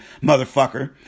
motherfucker